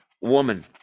woman